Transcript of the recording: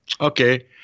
okay